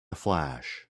flash